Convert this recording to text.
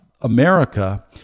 America